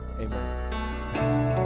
Amen